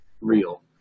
real